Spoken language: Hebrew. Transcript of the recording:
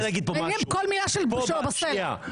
כל מילה שלו בסלע.